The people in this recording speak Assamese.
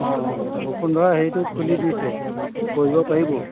অঁ বসুন্ধৰা হেৰিটো খুলি দিছে কৰিব পাৰিব